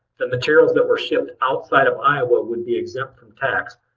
the materials that were shipped outside of iowa would be exempt from tax.